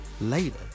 later